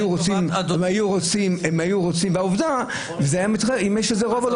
זה היה מתרחש, אם יש רוב.